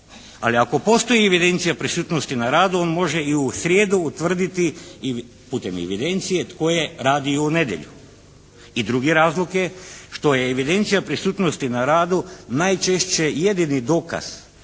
Ali ako postoji evidencija prisutnosti na radu on može i u srijedu utvrditi i putem evidencije tko je radio u nedjelju. I drugi razlog je što je evidencija prisutnosti na radu najčešće jedini dokaz